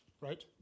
right